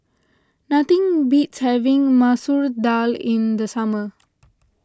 nothing beats having Masoor Dal in the summer